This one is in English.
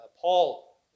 Paul